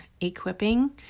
equipping